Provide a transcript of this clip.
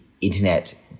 internet